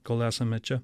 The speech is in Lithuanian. kol esame čia